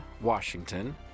Washington